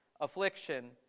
Affliction